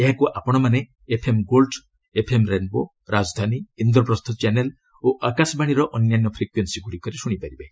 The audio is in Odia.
ଏହାକୁ ଆପଶମାନେ FM gold FM rainbow Rajdhani Indraprastha channel ଓ ଆକାଶବାଣୀର ଅନ୍ୟାନ୍ୟ ଫ୍ରିକ୍ୱଏନ୍ସିଗୁଡ଼ିକରେ ଶୁଣିପାରିବେ